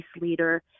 leader